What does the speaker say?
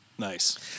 Nice